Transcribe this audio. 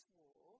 war